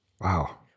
Wow